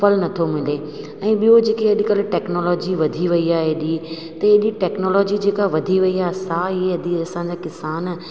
फल नथो मिले ऐं ॿियो जेके अॼुकल्ह टैक्नोलॉजी वधी वई आहे हेॾी त हेॾी टैक्नोलॉजी जेका वधी वई आहे सां ई यदि असांजा किसान